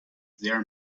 their